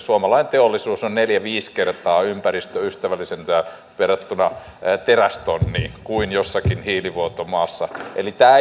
suomalainen teollisuus on neljä viisi kertaa ympäristöystävällisempää per terästonni kuin jossakin hiilivuotomaassa eli tämä